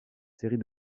série